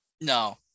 no